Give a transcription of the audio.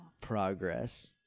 Progress